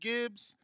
Gibbs